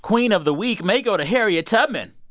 queen of the week may go to harriet tubman.